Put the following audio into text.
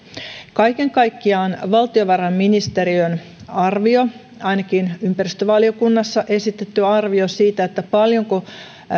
kaiken kaikkiaan valtiovarainministeriön arvio ainakin ympäristövaliokunnassa esitetty arvio siitä paljonko